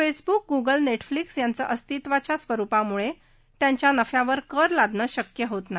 Facebook Google Netflix यांचं अस्तित्वाच्या स्वरुपामुळतियांच्या नफ्यावर कर लादणं शक्य नाही